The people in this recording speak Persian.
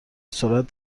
سرعت